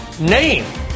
name